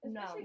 No